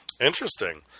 Interesting